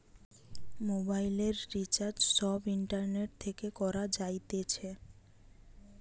মোবাইলের রিচার্জ সব ইন্টারনেট থেকে করা যাইতেছে